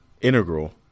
integral